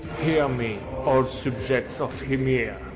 hear me, all subjects of ymir.